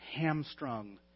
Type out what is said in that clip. hamstrung